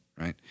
right